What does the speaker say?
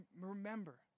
Remember